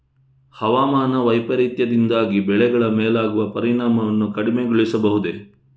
ಹವಾಮಾನ ವೈಪರೀತ್ಯದಿಂದಾಗಿ ಬೆಳೆಗಳ ಮೇಲಾಗುವ ಪರಿಣಾಮವನ್ನು ಕಡಿಮೆಗೊಳಿಸಬಹುದೇ?